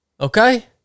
Okay